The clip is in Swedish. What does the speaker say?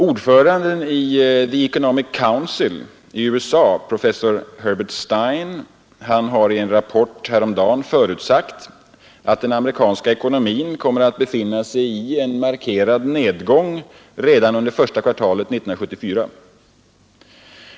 Ordföranden i Economic Council i USA, professor Herbert Stein, har i en rapport häromdagen förutsagt att den amerikanska ekonomin kommer att befinna sig i en markerad nedgång redan under första kvartalet 1974.